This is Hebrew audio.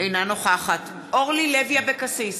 אינה נוכחת אורלי לוי אבקסיס,